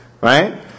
right